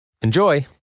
enjoy